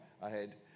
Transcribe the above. ahead